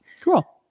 Cool